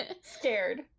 scared